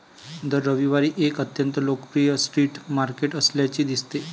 दर रविवारी एक अत्यंत लोकप्रिय स्ट्रीट मार्केट असल्याचे दिसते